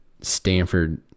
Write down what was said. Stanford